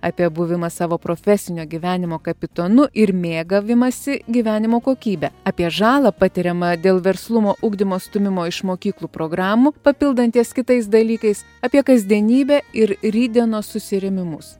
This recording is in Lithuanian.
apie buvimą savo profesinio gyvenimo kapitonu ir mėgavimąsi gyvenimo kokybe apie žalą patiriamą dėl verslumo ugdymo stūmimo iš mokyklų programų papildant ties kitais dalykais apie kasdienybę ir rytdienos susirėmimus